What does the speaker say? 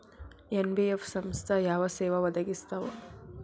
NBF ಸಂಸ್ಥಾ ಯಾವ ಸೇವಾ ಒದಗಿಸ್ತಾವ?